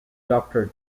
doctor